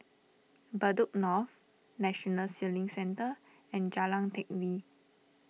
Bedok North National Sailing Centre and Jalan Teck Whye